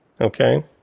okay